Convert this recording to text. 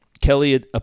kelly